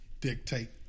dictate